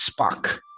Spock